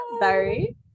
sorry